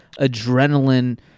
adrenaline